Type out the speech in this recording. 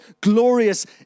glorious